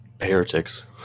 Heretics